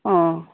অঁ